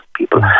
people